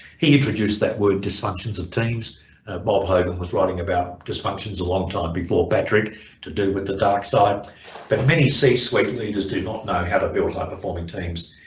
he introduced that word dysfunctions of teams bob hogan was writing about dysfunctions a long time before patrick to do with the dark side but many c-suite leaders do not know how to build high performing teams,